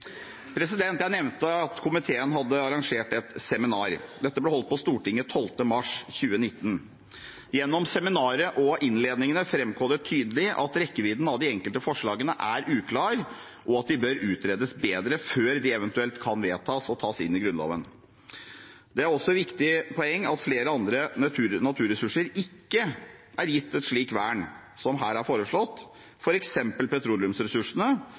Jeg nevnte at komiteen hadde arrangert et seminar. Dette ble holdt på Stortinget 12. mars 2019. Gjennom seminaret og innledningene framkom det tydelig at rekkevidden av de enkelte forslagene er uklar, og at de bør utredes bedre før de eventuelt kan vedtas og tas inn i Grunnloven. Det er også et viktig poeng at flere andre naturressurser, f.eks. petroleumsressursene, ikke er gitt et slikt vern som her er foreslått,